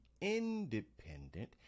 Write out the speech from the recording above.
independent